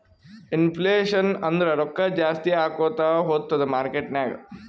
inflation ಅಂದುರ್ ರೊಕ್ಕಾ ಜಾಸ್ತಿ ಆಕೋತಾ ಹೊತ್ತುದ್ ಮಾರ್ಕೆಟ್ ನಾಗ್